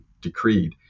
decreed